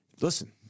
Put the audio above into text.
Listen